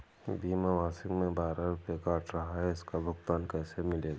बीमा मासिक में बारह रुपय काट रहा है इसका भुगतान कैसे मिलेगा?